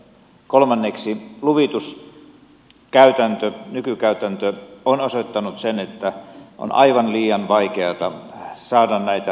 kolmanneksi luvituskäytäntö nykykäytäntö on osoittanut sen että on aivan liian vaikeata saada näitä alueita käyttöön